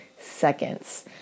seconds